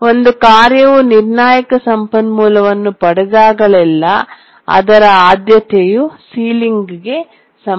ಒಂದು ಕಾರ್ಯವು ನಿರ್ಣಾಯಕ ಸಂಪನ್ಮೂಲವನ್ನು ಪಡೆದಾಗಲೆಲ್ಲಾ ಅದರ ಆದ್ಯತೆಯು ಸೀಲಿಂಗ್ಗೆ ಸಮಾನವಾಗಿರುತ್ತದೆ